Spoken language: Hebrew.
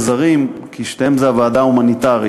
תודה.